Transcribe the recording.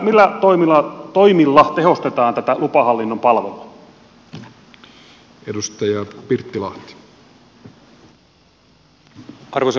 millä toimilla tehostetaan tätä lupahallinnon palvelua